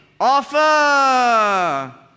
Offer